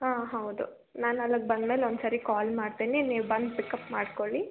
ಹಾಂ ಹೌದು ನಾನು ಅಲ್ಲಿಗೆ ಬಂದ್ಮೇಲೆ ಒಂದ್ಸರಿ ಕಾಲ್ ಮಾಡ್ತೀನಿ ನೀವು ಬಂದು ಪಿಕಪ್ ಮಾಡಿಕೊಳ್ಳಿ